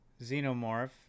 Xenomorph